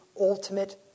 ultimate